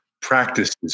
practices